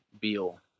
Beal